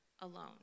alone